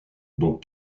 dont